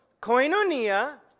koinonia